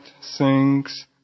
sinks